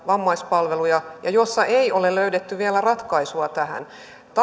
vammaispalveluja ja kun ei ole löydetty vielä ratkaisua tähän